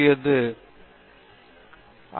பேராசிரியர் பிரதாப் ஹரிதாஸ் சரி கிரேட்